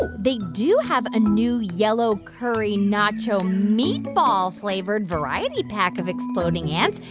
they do have a new yellow-curry-nacho-meatball-flavored variety pack of exploding ants.